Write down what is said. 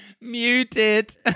Muted